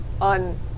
on